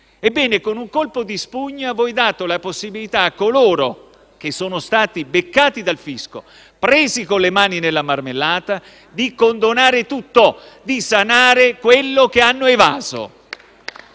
Ebbene, con un colpo di spugna, voi date la possibilità a coloro che sono stati beccati dal fisco, presi con le mani nella marmellata, di condonare tutto, di sanare quello che hanno evaso.